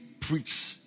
preach